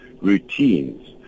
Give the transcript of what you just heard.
routines